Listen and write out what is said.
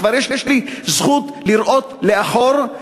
וכבר יש לי זכות לראות לאחור,